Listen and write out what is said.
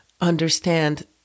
understand